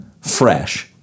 fresh